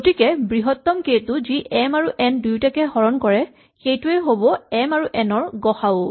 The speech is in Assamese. গতিকে বৃহত্তম কে টো যি এম আৰু এন দুয়োটাকে হৰণ কৰে সেইটোৱেই হ'ব এম আৰু এন ৰ গ সা উ